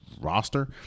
roster